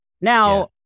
Now